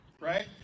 right